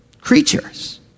Creatures